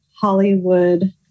Hollywood